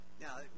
Now